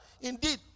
indeed